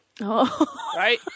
Right